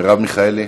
מרב מיכאלי,